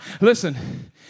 Listen